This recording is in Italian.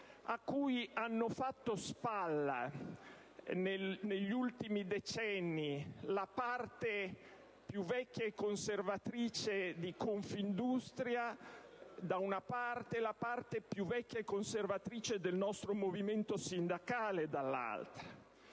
a cui hanno fatto sponda, negli ultimi decenni, la componente più vecchia e conservatrice di Confindustria, da una parte, e la parte più vecchia e conservatrice del nostro movimento sindacale, dall'altra.